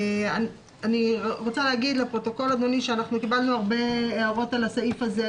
אני רוצה לומר לפרוטוקול שקיבלנו הרבה הערות על הסעיף הזה